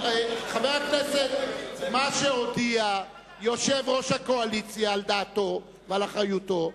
מה שהודיע יושב-ראש הקואליציה על דעתו ועל אחריותו,